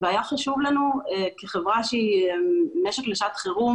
והיה חשוב לנו כחברה שהיא משק לשעת חירום